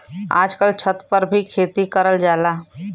आजकल छत पर भी खेती करल जाला